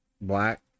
Black